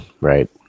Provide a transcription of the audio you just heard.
Right